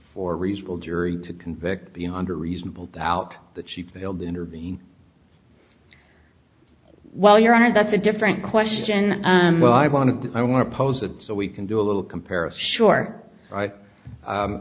for reasonable jury to convict beyond a reasonable doubt that she failed to intervene while your honor that's a different question well i want to i want to pose it so we can do a little compare of short